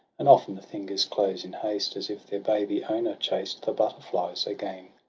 and often the fingers close in haste as if their baby-owner chased the butterflies again.